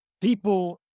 people